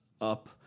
up